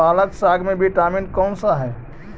पालक साग में विटामिन कौन सा है?